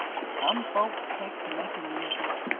some folks takes to makin' music,